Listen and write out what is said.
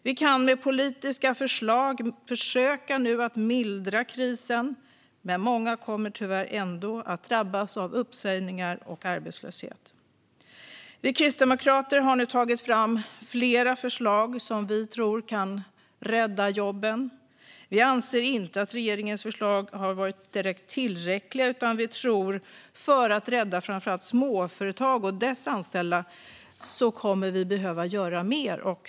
Vi kan med politiska förslag försöka mildra krisen, men många kommer tyvärr ändå att drabbas av uppsägningar och arbetslöshet. Vi kristdemokrater har tagit fram flera förslag som vi tror kan rädda jobben. Vi anser inte att regeringens förslag har varit tillräckliga, utan vi tror att för att rädda framför allt småföretag och deras anställda kommer vi att behöva göra mer.